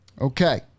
Okay